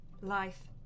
life